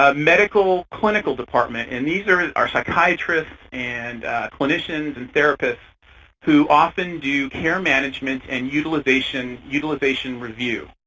ah medical clinical department. and these are are psychiatrists and clinicians and therapists who often do care management and utilization utilization review.